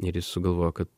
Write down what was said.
ir jis sugalvojo kad